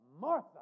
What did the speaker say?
Martha